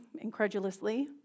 incredulously